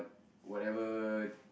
whatever